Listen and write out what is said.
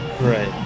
Right